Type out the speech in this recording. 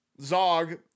Zog